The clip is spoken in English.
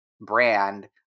brand